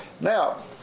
Now